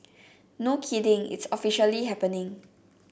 no kidding it's officially happening